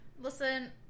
listen